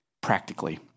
practically